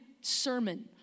sermon